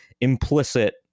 implicit